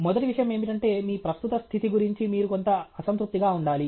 మొదటి విషయం ఏమిటంటే మీ ప్రస్తుత స్థితి గురించి మీరు కొంత అసంతృప్తిగా ఉండాలి